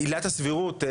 עילת הסבירות,